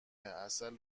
عسل